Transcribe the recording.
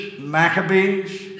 Maccabees